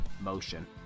motion